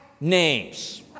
names